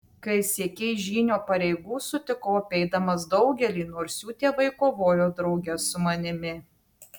kai siekei žynio pareigų sutikau apeidamas daugelį nors jų tėvai kovojo drauge su manimi